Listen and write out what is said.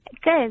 Good